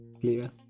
clear